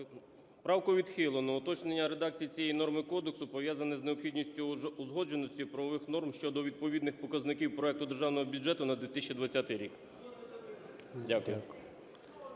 Правку відхилено. Уточнення редакції цієї норми кодексу пов'язано з необхідністю узгодженості правових норм щодо відповідних показників проекту Державного бюджету на 2020 рік.